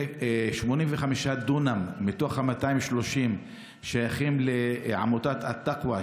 85 דונם מתוך ה-230 שייכים לעמותת אלתקוא,